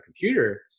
computer